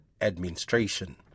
administration